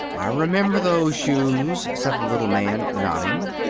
i remember those shoes, said the little man, nodding.